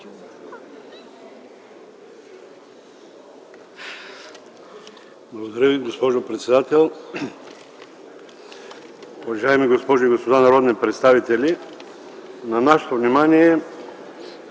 Благодаря Ви, госпожо председател. Уважаеми госпожи и господа народни представители! На нашето внимание